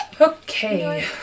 Okay